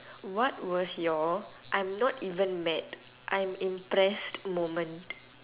what was your I'm not even mad I'm impressed moment